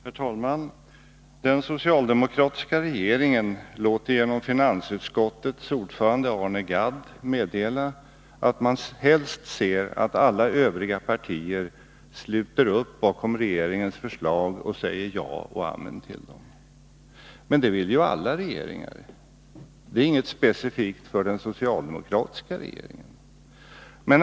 Herr talman! Den socialdemokratiska regeringen låter genom finansutskottets ordförande, Arne Gadd, meddela att man helst ser att alla övriga partier sluter upp bakom regeringens förslag och säger ja och amen till dem. Men det vill ju alla regeringar. Det är inget specifikt för den socialdemokratiska regeringen.